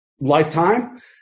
lifetime